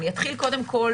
אני אתחיל קודם כול